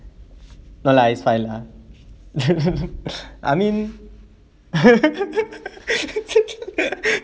no lah it's fine lah I mean